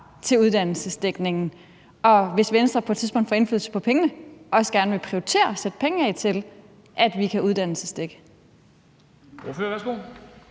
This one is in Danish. til uddannelsesdækningen, og at Venstre, hvis Venstre på et tidspunkt får indflydelse på pengene, også gerne vil prioritere at sætte penge af til, at vi kan uddannelsesdække?